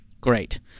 Great